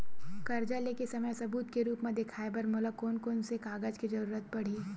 कर्जा ले के समय सबूत के रूप मा देखाय बर मोला कोन कोन से कागज के जरुरत पड़ही?